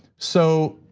so,